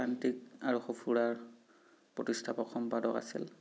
প্ৰান্তিক আৰু সফুৰাৰ প্ৰতিষ্ঠাপক সম্পাদক আছিল